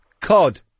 Cod